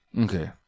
Okay